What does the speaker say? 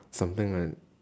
something like that